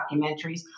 documentaries